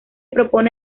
propone